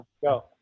go